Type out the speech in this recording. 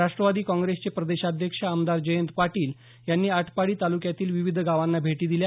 राष्ट्रवादी काँग्रेसचे प्रदेशाध्यक्ष आमदार जयंत पाटील यांनी आटपाडी तालुक्यातील विविध गावांना भेटी दिल्या